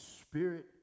spirit